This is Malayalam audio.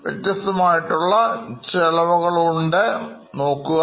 വ്യത്യസ്തമായുള്ള ചെലവുകൾ നോക്കുക